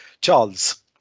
Charles